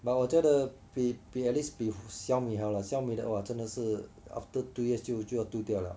but 我觉得比比 at least 比小米还好啦小米的哇真的是 after two years 就就要丢掉了